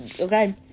okay